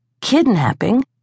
kidnapping